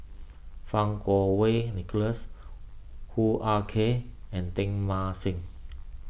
Fang Kuo Wei Nicholas Hoo Ah Kay and Teng Mah Seng